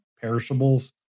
perishables